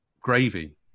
gravy